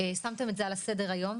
שמתם את זה על סדר היום.